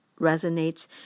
resonates